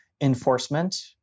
enforcement